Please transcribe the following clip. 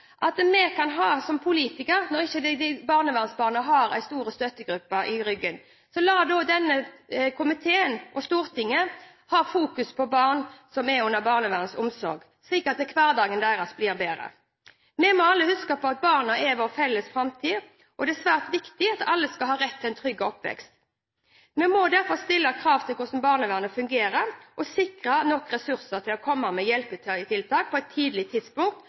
bedre. Vi må alle huske på at barna er vår felles framtid, og det er svært viktig at alle skal ha rett til en trygg oppvekst. Vi må derfor stille krav til hvordan barnevernet fungerer, og sikre nok ressurser til å komme med hjelpetiltak på et tidlig tidspunkt,